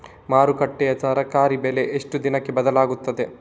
ಮಾರುಕಟ್ಟೆಯ ತರಕಾರಿ ಬೆಲೆ ಎಷ್ಟು ದಿನಕ್ಕೆ ಬದಲಾಗುತ್ತದೆ?